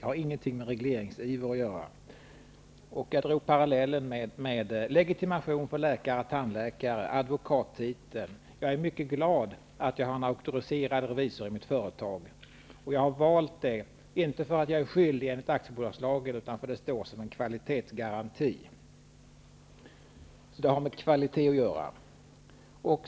Den har ingenting med regleringsiver att göra. Jag drog parallellen med legitimation för läkare och tandläkare samt advokattiteln. Jag är mycket glad över att jag har en auktoriserad revisor i mitt företag. Jag har valt det, inte för att jag är skyldig enligt aktiebolagslagen, utan för att det står som en kvalitetsgaranti. Det har med kvalitet att göra.